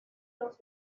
los